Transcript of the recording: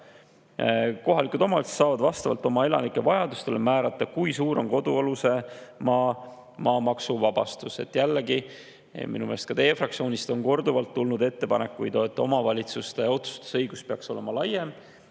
Kohalikud omavalitsused saavad vastavalt oma elanike vajadustele määrata, kui suur on kodualuse maa maksuvabastus. Jällegi, minu meelest on ka teie fraktsioonist korduvalt tulnud ettepanekuid, et omavalitsuste otsustusõigus peaks olema laiem,